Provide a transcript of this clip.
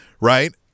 right